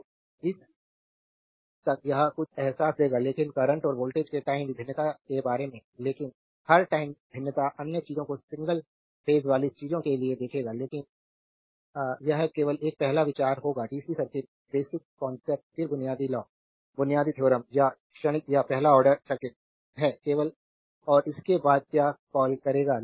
तो इस तक यह कुछ एहसास देगा लेकिन करंट और वोल्टेज के टाइम भिन्नता के बारे में लेकिन हर टाइम भिन्नता अन्य चीजों को सिंगल फेज वाली चीज के लिए देखेगा लेकिन यह केवल एक पहला विचार होगा डीसी सर्किट बेसिक कॉन्सेप्ट फिर बुनियादी लॉ बुनियादी थेओरेम्स यह क्षणिक या पहला ऑर्डर सर्किट है केवल और उसके बाद क्या कॉल करेगा लेकिन ये हैं पी या कट करंट सब कुछ टाइम में लिया जाता है जैसे शुरुआत में कुछ स्वाद देगा